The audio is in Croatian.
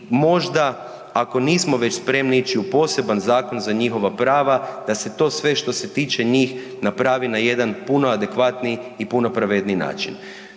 možda ako nismo već spremni ići u poseban zakon za njihova prava da se to sve što se tiče njih napravi na jedan puno adekvatniji i puno pravedniji način.